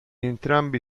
entrambi